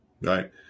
right